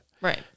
right